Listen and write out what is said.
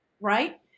right